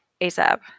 asap